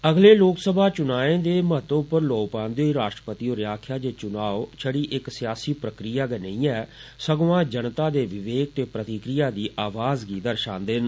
अगले लोक सभा चुनाएं दे महत्तव पर लौं पान्दे होई राश्ट्रपति होरें आकखेया जे चुनाव छड़ी इक सियासी प्रक्रिया गै नेंई ऐ सगुआं जनता दे विवके ते प्रतिक्रिया दी इक आवाज गी दर्षान्दे न